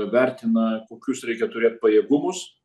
vertina kokius reikia turėt pajėgumus